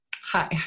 Hi